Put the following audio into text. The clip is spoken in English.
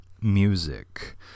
music